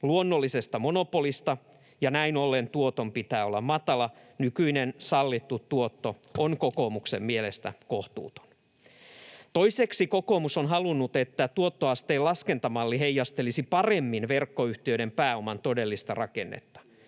luonnollisesta monopolista, ja näin ollen tuoton pitää olla matala. Nykyinen sallittu tuotto on kokoomuksen mielestä kohtuuton. Toiseksi kokoomus on halunnut, että tuottoasteen laskentamalli heijastelisi paremmin verkkoyhtiöiden pääoman todellista rakennetta.